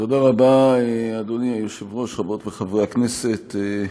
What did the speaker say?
יושב-ראש הכנסת, חברי הכנסת,